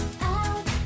out